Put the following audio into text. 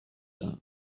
دهم